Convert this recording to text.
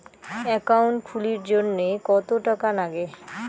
Account খুলির জন্যে কত টাকা নাগে?